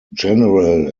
general